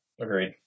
agreed